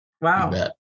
Wow